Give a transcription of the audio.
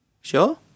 Sure